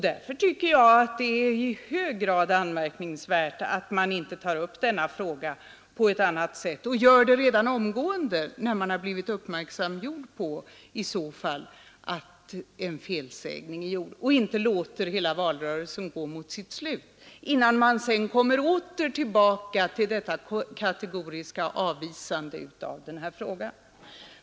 Därför tycker jag att det är i hög grad anmärkningsvärt att man inte, när man har blivit uppmärksammad på att en felsägning är gjord, tar upp denna fråga på ett annat sätt och gör det redan omgående utan låter hela valrörelsen gå mot sitt slut, innan man åter kommer tillbaka till detta kategoriska avvisande av denna fråga.